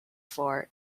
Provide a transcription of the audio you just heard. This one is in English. floor